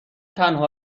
تنها